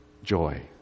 joy